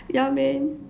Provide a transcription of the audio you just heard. ya man